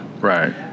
right